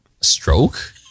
stroke